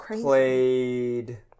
played